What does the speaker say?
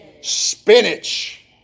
spinach